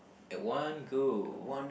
at one go